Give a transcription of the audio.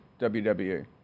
WWE